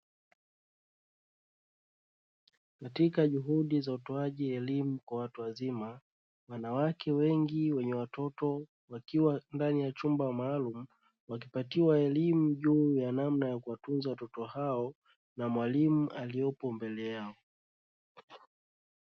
Katika juhudi za utoaji wa elimu ya watu wazima wanawake wengi wenye watoto, wakiwa ndani ya chumba maalumu wakipatiwa elimu juu ya namna ya kuwatunza watoto hao na mwalimu aliyopo mbele yao.